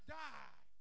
die